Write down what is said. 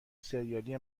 ســریالی